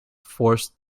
forced